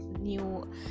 new